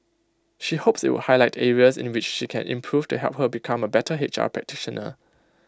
she hopes IT would highlight areas in which she can improve to help her become A better H R practitioner